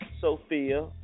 Sophia